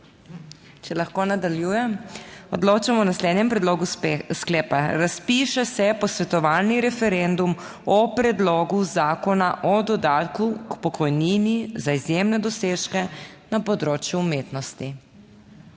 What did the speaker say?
Če lahko nadaljujem, odločamo o naslednjem predlogu sklepa: Razpiše se posvetovalni referendum o Predlogu zakona o dodatku k pokojnini za izjemne dosežke na področju umetnosti.